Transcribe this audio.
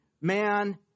man